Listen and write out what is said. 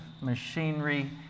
machinery